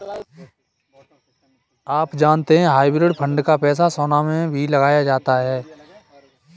आप जानते है हाइब्रिड फंड का पैसा सोना में भी लगाया जाता है?